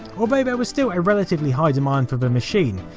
although there was still a relatively high demand for the machine,